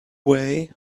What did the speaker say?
way